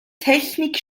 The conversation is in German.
technik